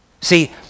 See